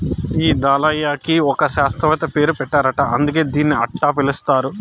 ఈ దాలియాకి ఒక శాస్త్రవేత్త పేరు పెట్టారట అందుకే దీన్ని అట్టా పిలుస్తారు